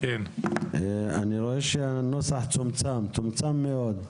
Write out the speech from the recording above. אני רואה שהנוסח צומצם מאוד.